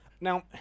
Now